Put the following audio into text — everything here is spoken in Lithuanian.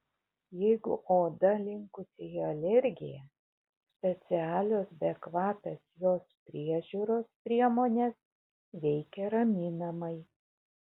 jeigu oda linkusi į alergiją specialios bekvapės jos priežiūros priemonės veikia raminamai